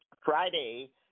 Friday